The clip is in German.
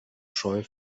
scheu